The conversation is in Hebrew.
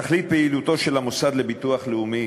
תכלית הפעילות של המוסד לביטוח לאומי,